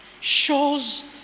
shows